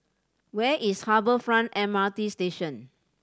where is Harbour Front M R T Station